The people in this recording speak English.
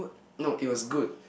no it was good